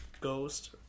Ghost